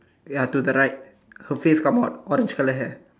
ya to the right her face come out orange color hair